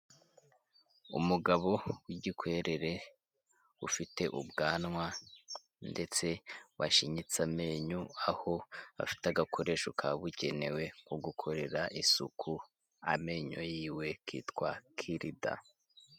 Umugabo w'igikwerere, ufite ubwanwa, ndetse washinyitse amenyo, aho afite agakoresho kabugenewe ko gukorera isuku amenyo yiwe kitwa kirida.